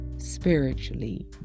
spiritually